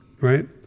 right